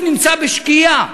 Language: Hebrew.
משרד הביטחון,